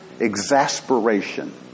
exasperation